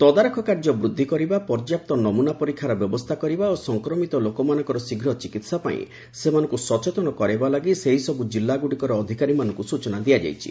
ତଦାରଖ କାର୍ଯ୍ୟ ବୃଦ୍ଧି କରିବା ପର୍ଯ୍ୟାପ୍ତ ନମୁନା ପରୀକ୍ଷାର ବ୍ୟବସ୍ଥା କରିବା ଓ ସଂକ୍ରମିତ ଲୋକମାନଙ୍କର ଶୀଘ୍ର ଚିକିତ୍ସା ପାଇଁ ସେମାନଙ୍କୁ ସଚେତନ କରାଇବା ଲାଗି ସେହିସବୁ ଜିଲ୍ଲାଗୁଡ଼ିକର ଅଧିକାରୀମାନଙ୍କୁ ସୂଚନା ଦିଆଯାଇଛି